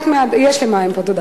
יש לי כאן מים, תודה.